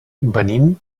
venim